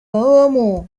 babamo